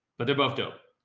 but they're both dope.